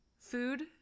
food